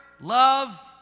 love